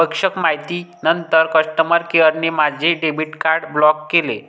आवश्यक माहितीनंतर कस्टमर केअरने माझे डेबिट कार्ड ब्लॉक केले